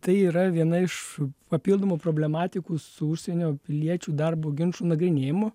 tai yra viena iš papildomų problematikų su užsienio piliečių darbo ginčų nagrinėjimu